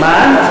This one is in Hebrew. מה?